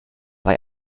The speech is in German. bei